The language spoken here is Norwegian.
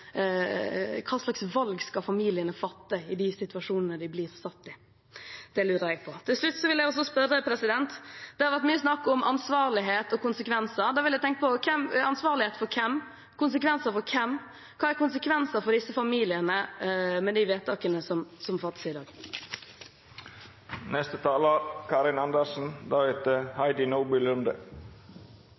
hva slags valg skal familiene ta i de situasjonene de blir satt i? Det lurer jeg på. Til slutt vil jeg også spørre: Det har vært mye snakk om ansvarlighet og konsekvenser. Da vil jeg tenke: Ansvarlighet for hvem? Konsekvenser for hvem? Hva er konsekvensen for disse familiene av de vedtakene som fattes i